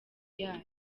yayo